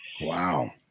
wow